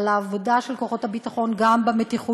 על העבודה של כוחות הביטחון גם במתיחות